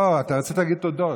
לא, אתה רצית להגיד תודות.